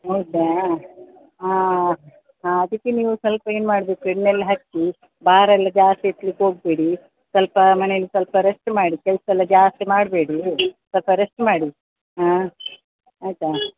ಹೌದಾ ಹಾಂ ಹಾಂ ಅದಕ್ಕೆ ನೀವು ಸ್ವಲ್ಪ ಏನು ಮಾಡ್ಬೇಕು ಎಣ್ಣೆಯೆಲ್ಲ ಹಚ್ಚಿ ಭಾರ ಎಲ್ಲ ಜಾಸ್ತಿ ಎತ್ಲಿಕ್ಕೆ ಹೋಗಬೇಡಿ ಸ್ವಲ್ಪ ಮನೇಲಿ ಸ್ವಲ್ಪ ರೆಸ್ಟ್ ಮಾಡಿ ಕೆಲ್ಸ ಎಲ್ಲ ಜಾಸ್ತಿ ಮಾಡಬೇಡಿ ಸ್ವಲ್ಪ ರೆಸ್ಟ್ ಮಾಡಿ ಹಾಂ ಆಯಿತಾ